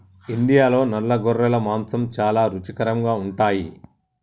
ఇండియాలో నల్ల గొర్రెల మాంసం చాలా రుచికరంగా ఉంటాయి